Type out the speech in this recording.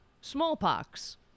smallpox